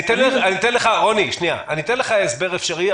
אתן לך הסבר אפשרי,